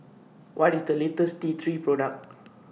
What IS The latest T three Product